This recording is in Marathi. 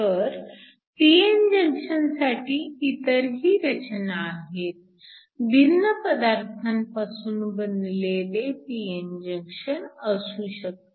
तर p n जंक्शन साठी इतरही रचना आहेत भिन्न पदार्थांपासून बनलेले p n जंक्शन असू शकते